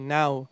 now